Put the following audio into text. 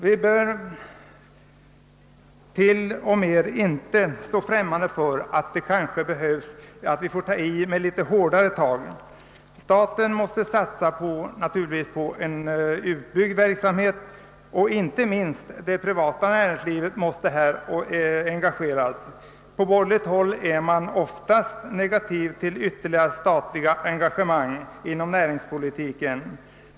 Vi bör inte ens stå främmande för att det kanske krävs litet hårdare tag. Sta ten måste satsa på en utbyggd verksamhet, och då måste inte minst det privata näringslivet engageras. På borgerligt håll ställer man sig oftast negativ till ytterligare statliga engagemang inom näringspolitiken.